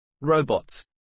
Robots